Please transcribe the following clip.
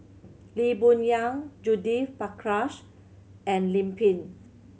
Lee Boon Yang Judith Prakash and Lim Pin